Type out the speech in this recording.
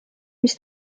mis